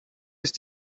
ist